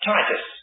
Titus